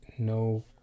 No